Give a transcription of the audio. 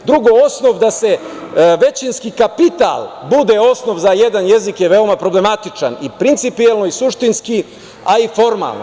Drugo, osnov da većinski kapital bude osnov za jedan jezik je veoma problematičan, i principijelno i suštinski a i formalno.